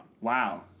Wow